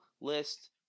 list